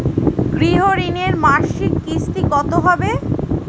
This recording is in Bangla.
গৃহ ঋণের মাসিক কিস্তি কত হবে?